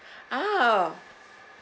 ah